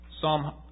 Psalm